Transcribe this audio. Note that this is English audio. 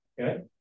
Okay